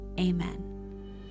Amen